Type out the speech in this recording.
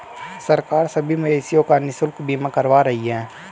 सरकार सभी मवेशियों का निशुल्क बीमा करवा रही है